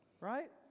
Right